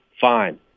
Fine